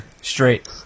straight